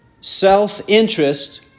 self-interest